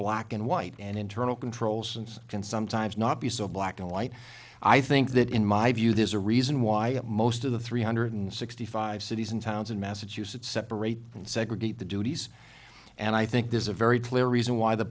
black and white and internal control sins can sometimes not be so black and white i think that in my view there's a reason why most of the three hundred sixty five cities and towns in massachusetts separate and segregate the duties and i think there's a very clear reason why the